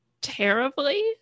terribly